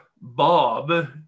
Bob